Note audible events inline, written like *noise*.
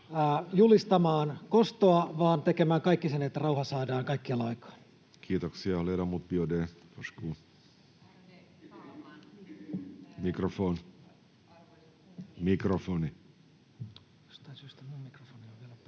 *noise* vaan tekemään kaikkensa, että rauha saadaan kaikkialla aikaan.